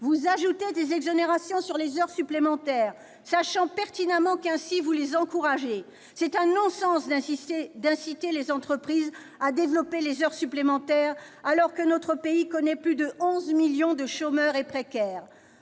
vous ajoutez des exonérations sur les heures supplémentaires, sachant pertinemment qu'ainsi vous les encouragez ! C'est un non-sens d'inciter les entreprises à développer les heures supplémentaires, alors que notre pays connaît plus de 11 millions de chômeurs et précaires.